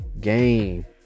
game